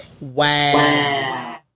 Wow